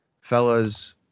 Fellas